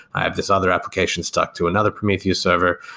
i have this other application stuck to another prometheus server.